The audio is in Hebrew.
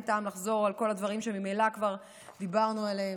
אין טעם לחזור על כל הדברים שממילא כבר דיברנו עליהם.